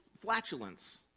flatulence